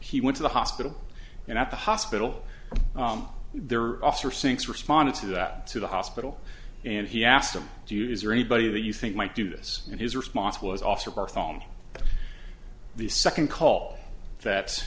he went to the hospital and at the hospital there are officer sinks responded to that to the hospital and he asked them do you is there anybody that you think might do this and his response was off of our phone the second call that